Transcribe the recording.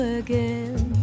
again